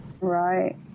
Right